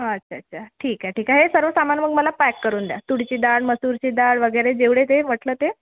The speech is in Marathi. अच्छा अच्छा ठीक आहे ठीक आहे हे सर्व सामान मग मला पॅक करून द्या तुरीची डाळ मसूरची डाळ वगैरे जेवढे ते म्हटलं ते